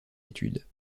études